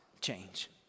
change